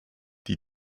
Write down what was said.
die